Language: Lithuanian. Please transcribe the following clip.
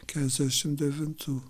keturiasdešim devintų